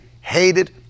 hated